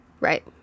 Right